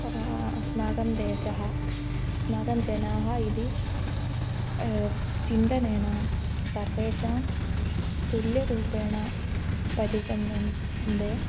अस्माकं देशः अस्माकं जनाः इति चिन्तनेन सर्वेषां तुल्यरूपेण परिगण्यन्ते